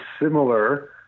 similar